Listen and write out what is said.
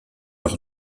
leur